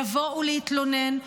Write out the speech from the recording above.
לבוא ולהתלונן,